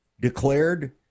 declared